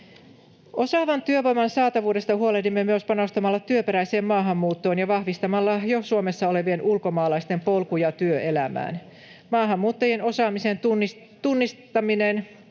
Osaavan työvoiman saatavuudesta huolehdimme myös panostamalla työperäiseen maahanmuuttoon ja vahvistamalla jo Suomessa olevien ulkomaalaisten polkuja työelämään. Maahanmuuttajien osaamisen tunnistaminen,